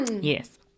Yes